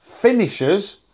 finishes